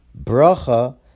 bracha